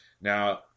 Now